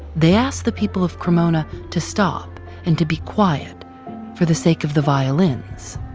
they asked the people of cremona to stop and to be quiet for the sake of the violins.